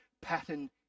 pattern